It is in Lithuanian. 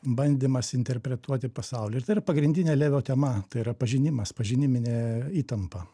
bandymas interpretuoti pasaulį ir tai yra pagrindinė levio tema tai yra pažinimas pažiniminė įtampa